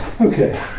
Okay